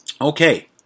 Okay